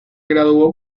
graduó